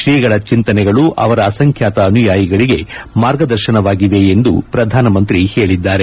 ಶ್ರೀಗಳ ಚಿಂತನೆಗಳು ಅವರ ಅಸಂಖ್ಯಾತ ಅನುಯಾಯಿಗಳಿಗೆ ಮಾರ್ಗದರ್ಶನವಾಗಿವೆ ಎಂದು ಪ್ರಧಾನಮಂತ್ರಿ ಹೇಳಿದ್ದಾರೆ